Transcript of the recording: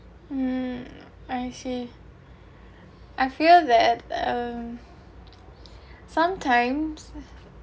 mm I see I feel that um sometimes